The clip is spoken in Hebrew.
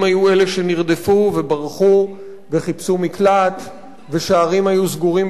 שנרדפו וברחו וחיפשו מקלט ושערים היו סגורים בפניהם?